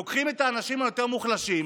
לוקחים את האנשים היותר-מוחלשים,